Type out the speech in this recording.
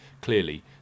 Clearly